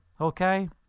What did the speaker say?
Okay